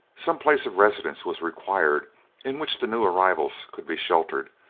some place of residence was required in which the new arrivals could be sheltered,